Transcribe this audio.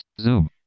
Zoom